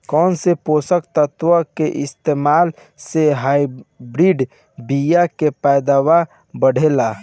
कौन से पोषक तत्व के इस्तेमाल से हाइब्रिड बीया के पैदावार बढ़ेला?